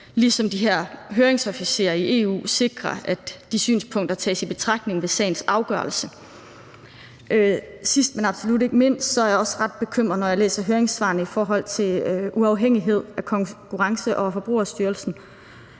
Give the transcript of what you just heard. ligesom de her høringsofficerer i EU sikrer, at de synspunkter tages i betragtning ved sagens afgørelse. Sidst, men absolut ikke mindst, er jeg også ret bekymret, når jeg læser høringssvarene i forhold til uafhængighed af Konkurrence- og Forbrugerstyrelsen.